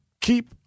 keep